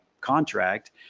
contract